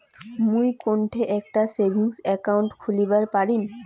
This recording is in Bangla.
মুই কোনঠে একটা সেভিংস অ্যাকাউন্ট খুলিবার পারিম?